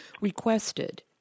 requested